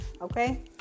Okay